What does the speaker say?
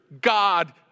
God